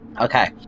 Okay